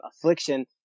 affliction